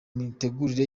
mitegurire